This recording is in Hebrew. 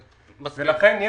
ולכן,